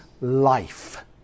life